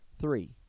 Three